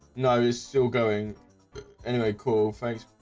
no, he's still going anyway, cool. thanks.